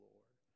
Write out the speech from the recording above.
Lord